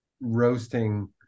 roasting